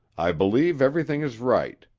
i believe everything is right.